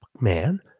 man